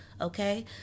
Okay